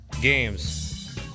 games